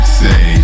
say